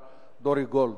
מר דורי גולד,